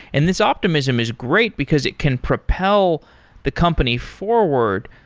and this optimism is great, because it can propel the company forward,